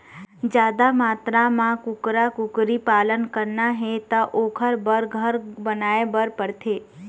जादा मातरा म कुकरा, कुकरी पालन करना हे त ओखर बर घर बनाए बर परथे